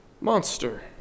monster